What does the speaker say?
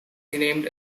renamed